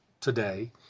today